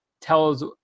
tells